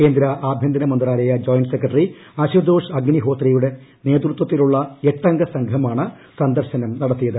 കേന്ദ്ര ആഭ്യന്തര മന്ത്രാലയ ജോയിന്റ് സെക്രട്ടറി അശുതോഷ് അഗ്നിഹോത്രയുടെ നേതൃത്വത്തിലുള്ള എട്ട് അംഗ സംഘമാണ് സന്ദർശനം നടത്തിയത്